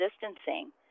distancing